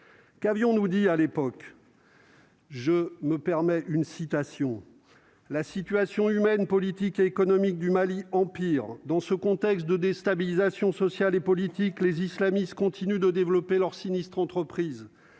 qu'avions-nous dit à l'époque. Je me permets une citation la situation humaine, politique et économique du Mali empire dans ce contexte de déstabilisation sociale et politique, les islamistes continuent de développer leur sinistre entreprise